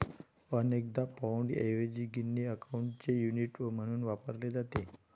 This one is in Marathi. अनेकदा पाउंडऐवजी गिनी अकाउंटचे युनिट म्हणून वापरले जाते